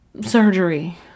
surgery